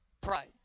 Pride